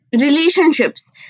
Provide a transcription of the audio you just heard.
relationships